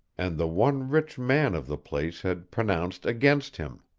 and the one rich man of the place had pronounced against him.